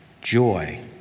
joy